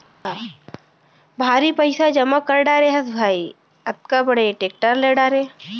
भारी पइसा जमा कर डारे रहें भाई, अतका बड़े टेक्टर ले डारे